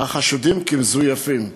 החשודים כמזויפים.